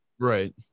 right